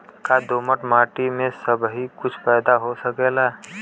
का दोमट माटी में सबही कुछ पैदा हो सकेला?